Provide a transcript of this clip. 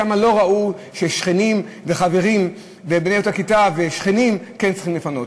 שם ראו ששכנים וחברים ובני אותה כיתה כן צריכים לפנות?